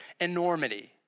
enormity